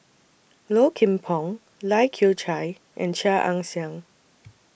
Low Kim Pong Lai Kew Chai and Chia Ann Siang